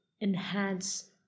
enhance